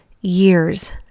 Years